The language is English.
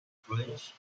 french